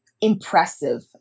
impressive